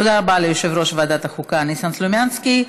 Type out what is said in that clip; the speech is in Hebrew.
תודה רבה ליושב-ראש ועדת החוקה ניסן סלומינסקי.